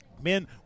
Men